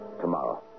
tomorrow